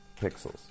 pixels